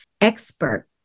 expert